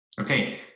Okay